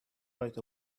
right